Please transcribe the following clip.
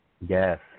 Yes